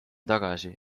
tagasi